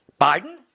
Biden